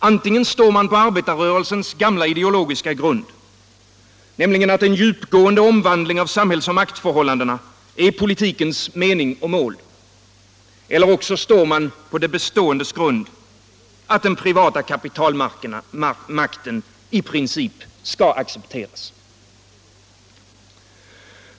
Antingen står man på arbetarrörelsens gamla ideologiska grund — nämligen att en djupgående omvandling av samhällsoch maktförhållandena är politikens mening och mål. Eller också står man på det beståendes grund — att den privata kapitalmakten i princip skall accepteras.